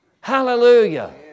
Hallelujah